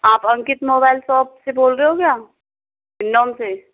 आप Ankit mobile shop से बोल रहे हो क्या हिंडोन से